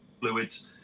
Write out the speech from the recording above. fluids